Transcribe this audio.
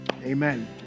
Amen